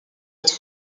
être